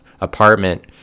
apartment